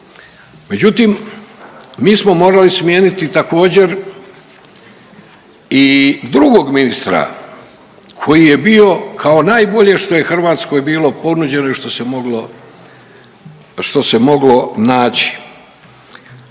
Međutim, mi smo morali smijeniti također i drugog ministra koji je bio kao najbolje što je Hrvatskoj bilo ponuđeno i što se moglo,